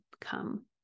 come